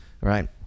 Right